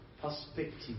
perspective